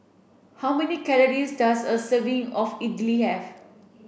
how many calories does a serving of Idly have